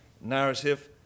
narrative